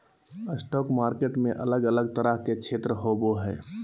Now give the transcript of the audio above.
stock market में अलग अलग तरह के क्षेत्र होबो हइ